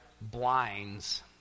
blinds